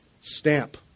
Stamp